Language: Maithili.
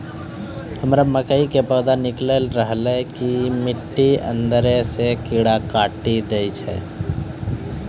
हमरा मकई के पौधा निकैल रहल छै मिट्टी के अंदरे से कीड़ा काटी दै छै?